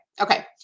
Okay